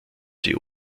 die